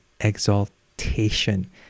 exaltation